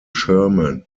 sherman